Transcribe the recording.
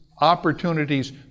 opportunities